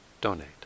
donate